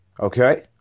okay